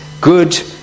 good